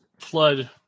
flood